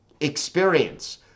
experience